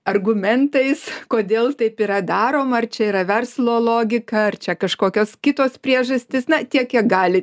argumentais kodėl taip yra daroma ar čia yra verslo logika ar čia kažkokios kitos priežastys ne tiek kiek gali